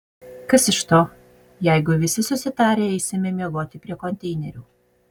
kas iš to jeigu visi susitarę eisime miegoti prie konteinerių